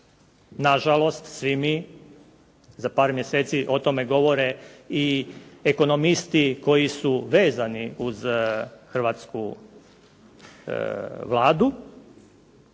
na žalost svi mi za par mjeseci. O tome govore i ekonomisti koji su vezani uz hrvatsku Vladu